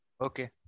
Okay